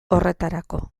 horretarako